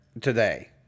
today